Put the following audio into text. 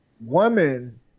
woman